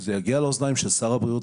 זה יגיע לאוזניים של שר הבריאות,